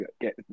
get